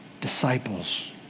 disciples